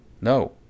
no